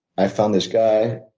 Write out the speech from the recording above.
i've found this guy,